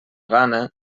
gana